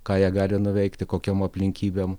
ką jie gali nuveikti kokiom aplinkybėm